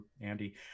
andy